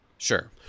Sure